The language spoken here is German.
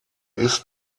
ist